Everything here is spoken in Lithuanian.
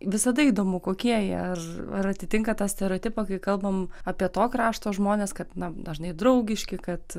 visada įdomu kokie jie ar ar atitinka tą stereotipą kai kalbam apie to krašto žmones kad na dažnai draugiški kad